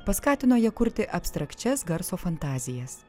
paskatino ją kurti abstrakčias garso fantazijas